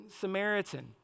Samaritan